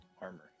armor